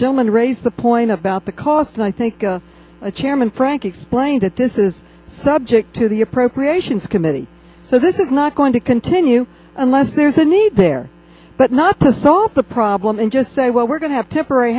gentleman raised the point about the cost and i think the chairman frank explained that this is subject to the appropriations committee so this is not going to continue unless there's a need there but not to solve the problem and just say well we're going to have temporary